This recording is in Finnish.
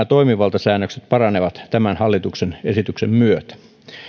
toimivaltasäännökset paranevat tämän hallituksen esityksen myötä